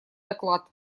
доклад